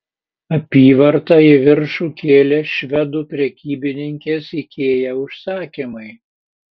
apyvartą į viršų kėlė švedų prekybininkės ikea užsakymai